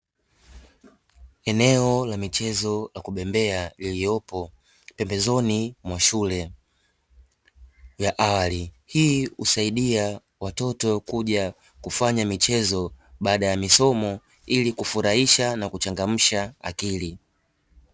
Eneo la michezo la kubembea lililopo pembezoni mwa shule ya awali, hii husaidia watoto kuja kufanya michezo baada ya masomo; ili kufurahisha na kuchangamsha akili.